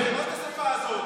מה זו השפה הזאת?